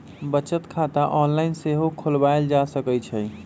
बचत खता ऑनलाइन सेहो खोलवायल जा सकइ छइ